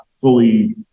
fully